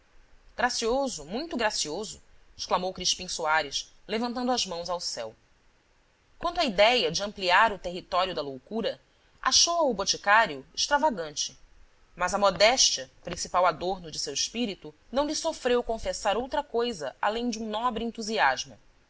gracioso muito gracioso exclamou crispim soares levantando as mãos ao céu quanto à idéia de ampliar território da loucura achou-a boticário extravagante mas a modéstia principal adorno de seu espírito não lhe sofreu confessar outra coisa além de um nobre entusiasmo